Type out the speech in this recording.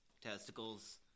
testicles